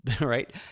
right